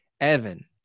Evan